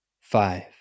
five